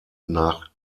nach